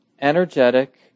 energetic